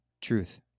Truth